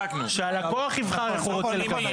שהלקוח יבחר איך הוא רוצה לקבל.